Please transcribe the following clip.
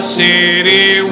city